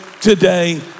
today